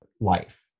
life